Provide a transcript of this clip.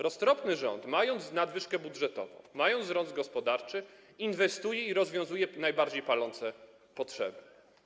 Roztropny rząd, mając nadwyżkę budżetową, mając wzrost gospodarczy, inwestuje i zaspokaja najbardziej palące potrzeby.